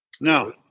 No